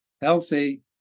healthy